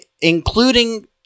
including